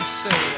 say